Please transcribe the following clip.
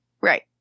Right